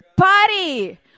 party